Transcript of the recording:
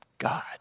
God